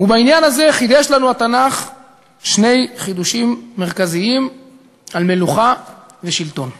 ובעניין הזה חידש לנו התנ"ך שני חידושים מרכזיים על מלוכה ושלטון.